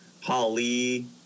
Holly